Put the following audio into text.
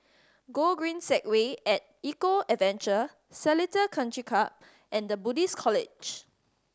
Gogreen Segway At Eco Adventure Seletar Country Club and Buddhist College